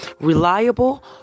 Reliable